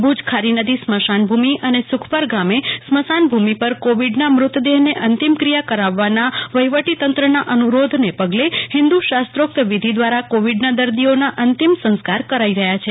ભૂજની ખારી નદી સ્માશાન ભુમિ અને સુખપર ગામે સ્મશાનભૂમિ પર કોવિડના મૃતદેહને અંતિમ ક્રિયા કરાવવાના વફીવટી તંત્રના અનુ રોધના પગલે હિન્દુ શાસ્ત્રોતીક્ત વિધી દ્રારા કોવિડના દર્દીઓની અંતિમ સંસ્કાર કરાઈ રહ્યા છે